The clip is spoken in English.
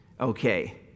okay